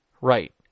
Right